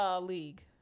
league